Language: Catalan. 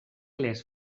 les